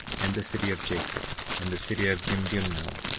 and the city of jacob, and the city of gimgimno,